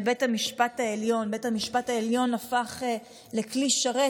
בית המשפט העליון הפך לכלי שרת,